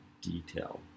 detail